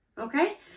okay